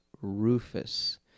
Rufus